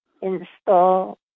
install